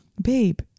babe